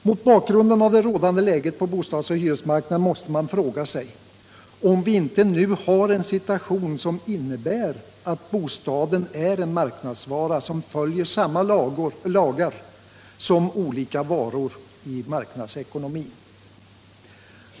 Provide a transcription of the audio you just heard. Mot bakgrunden av det rådande läget på bostadsoch hyresmarknaden måste man fråga sig om vi inte nu har en situation vilken innebär att bostaden är en marknadsvara som följer samma lagar som olika varor i marknadsekonomin.